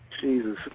Jesus